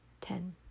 ten